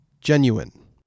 genuine